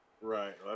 Right